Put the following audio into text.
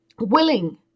willing